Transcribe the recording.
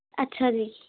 ਅੱਛਾ ਜੀ